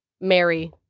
Mary